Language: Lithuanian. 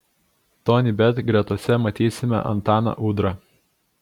tonybet gretose matysime antaną udrą